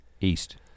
East